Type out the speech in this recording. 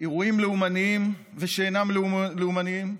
אירועים לאומניים ושאינם לאומניים,